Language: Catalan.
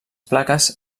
plaques